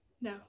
No